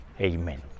Amen